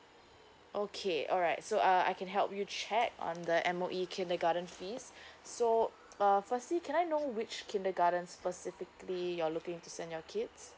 okay alright so uh I can help you check on the M_O_E kindergarten fees so uh firstly can I know which kindergarten specifically you're looking to send your kid